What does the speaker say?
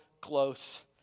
close